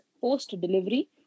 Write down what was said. post-delivery